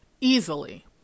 easily